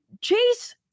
Chase